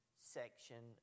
section